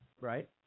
Right